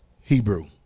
Hebrew